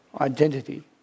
identity